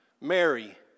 Mary